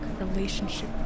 relationship